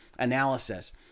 analysis